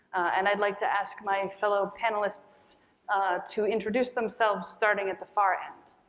and i'd like to ask my and fellow panelists to introduce themselves, starting at the far end.